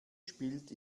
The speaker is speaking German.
spielt